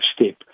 step